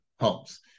homes